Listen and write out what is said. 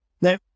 Now